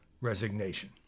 Resignation